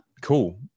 Cool